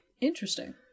interesting